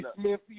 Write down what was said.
Smith